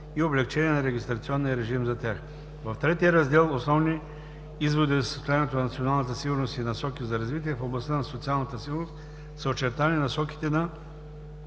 и облекчаване на регистрационния режим за тях. В третия Раздел „Основни изводи за състоянието на националната сигурност и насоки за развитие” в областта на социалната сигурност са очертани насоките на